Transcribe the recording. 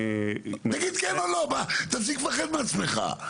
תגיד כן או לא, תפסיק לפחד מעצמך.